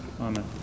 Amen